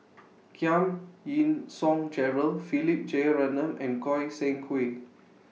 Giam Yean Song Gerald Philip Jeyaretnam and Goi Seng Hui